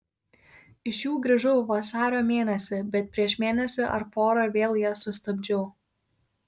iš jų grįžau vasario mėnesį bet prieš mėnesį ar porą vėl jas sustabdžiau